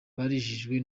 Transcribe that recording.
barijijwe